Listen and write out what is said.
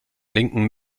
linken